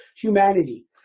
humanity